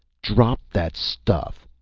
drop that stuff!